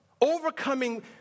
overcoming